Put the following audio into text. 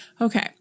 Okay